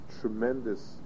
tremendous